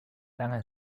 langer